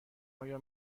آیا